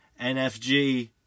NFG